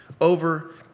over